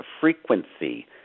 frequency